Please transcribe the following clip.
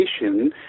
innovation